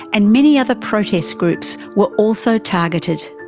and many other protest groups were also targeted.